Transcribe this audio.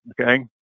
okay